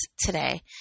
today